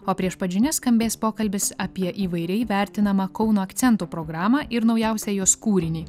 o prieš pat žinias skambės pokalbis apie įvairiai vertinamą kauno akcentų programą ir naujausią jos kūrinį